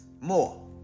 more